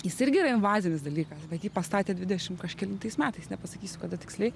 jis irgi yra invazinis dalykas bet jį pastatė dvidešim kažkelintais metais nepasakysiu kada tiksliai